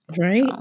right